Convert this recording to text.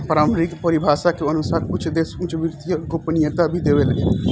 पारम्परिक परिभाषा के अनुसार कुछ देश उच्च वित्तीय गोपनीयता भी देवेला